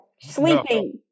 Sleeping